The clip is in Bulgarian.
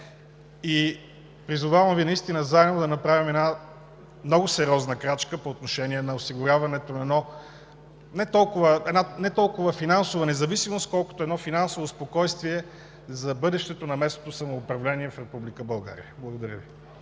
Призовавам Ви заедно да направим много сериозна крачка по отношение осигуряването на една не толкова финансова независимост, колкото едно финансово спокойствие за бъдещето на местното самоуправление в Република България. Благодаря Ви.